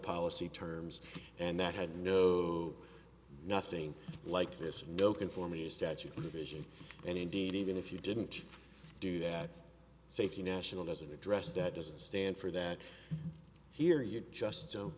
policy terms and that had no nothing like this no conformity statute vision and indeed even if you didn't do that safety national doesn't address that doesn't stand for that here you're just